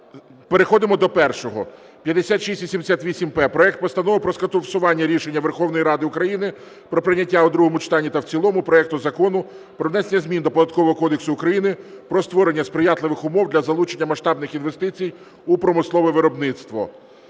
Переходимо до першого. 5688-П: проект Постанови про скасування рішення Верховної Ради України про прийняття у другому читанні та в цілому проекту Закону "Про внесення змін до Податкового кодексу України про створення сприятливих умов для залучення масштабних інвестицій у промислове виробництво".